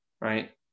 right